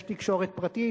יש תקשורת פרטית,